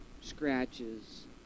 scratches